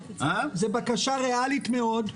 זו בקשה ריאלית מאוד.